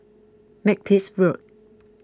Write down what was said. Makepeace Road